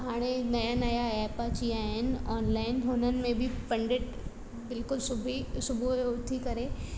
हाणे नया नया ऐप अची विया आहिनि ऑनलाइन हुननि में बि पंडित बिल्कुलु सुभी सुबुह जो उथी करे